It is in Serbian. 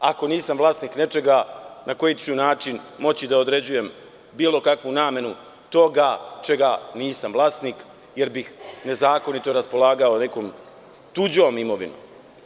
Ako nisam vlasnik nečega, na koji ću način moći da određujem bilo kakvu namenu toga čega nisam vlasnik, jer bih nezakonito raspolagao nekom tuđom imovinom.